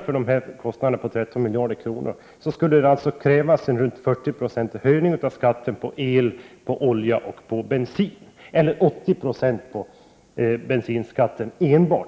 Skulle man kompensera för denna summa, skulle det krävas en ca 40-procentig höjning av skatten på el, olja och bensin eller 80 procents höjning av enbart bensinskatten,